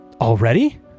Already